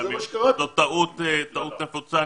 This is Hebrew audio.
זו טעות נפוצה,